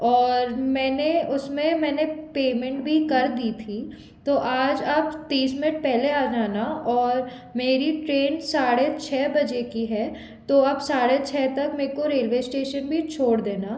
और मैंने उसमें मैंने पेमेंट भी कर दी थी तो आज आप तीस मिनट पहले आ जाना और मेरी ट्रेन साढ़े छ की है तो आप साढ़े छ तक मेको रेलवे स्टेशन भी छोड़ देना